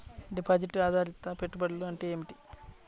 Deposit ఆధారిత పెట్టుబడులు అంటే ఏమిటి?